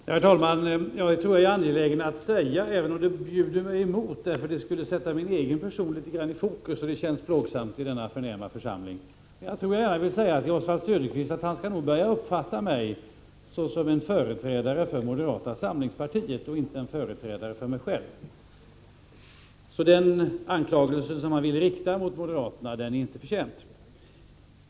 Herr talman! Jag är angelägen att säga — även om det bjuder mig emot därför att det skulle sätta min egen person litet grand i fokus, vilket känns plågsamt i denna förnäma församling — att Oswald Söderqvist nog skall börja uppfatta mig såsom en företrädare för moderata samlingspartiet och inte för mig själv. Den anklagelse som han vill rikta mot moderaterna är alltså inte förtjänt.